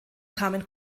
kamen